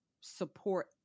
support